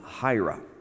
Hira